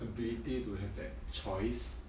ability to have that choice